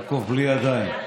יעקב, בלי ידיים.